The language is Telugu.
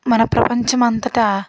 మన ప్రపంచం అంతటా